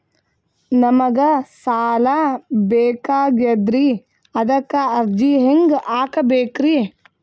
ನಮಗ ಸಾಲ ಬೇಕಾಗ್ಯದ್ರಿ ಅದಕ್ಕ ಅರ್ಜಿ ಹೆಂಗ ಹಾಕಬೇಕ್ರಿ?